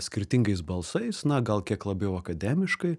skirtingais balsais na gal kiek labiau akademiškai